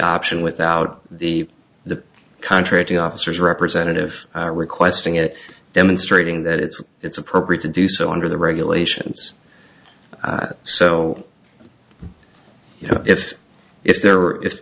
option without the the contract officers representative requesting it demonstrating that it's it's appropriate to do so under the regulations so you know if it's there